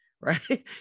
right